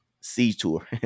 C-Tour